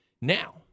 Now